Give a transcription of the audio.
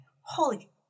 holy